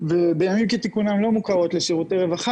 ובימים כתיקונם לשירותי רווחה.